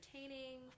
entertaining